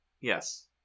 Yes